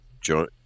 join